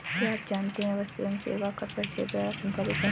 क्या आप जानते है वस्तु एवं सेवा कर परिषद द्वारा संचालित है?